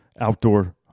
outdoor